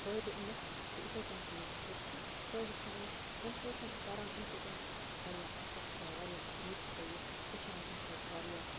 فٲیدٕ أنِتھ تہٕ یِتھٕے کٔنۍ چھِ یہِ بُک چھِ سۄے ہیٚچھناوان ییامہِ سۭتٮ۪ن پَران اَمہِ سۭتٮ۪ن چھُ واریاہ اَثر چھُ پٮ۪وان واریاہ رُت چھےٚ یہِ ہیٚچھان چھُ اَمہِ سۭتۍ واریاہ